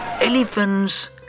elephants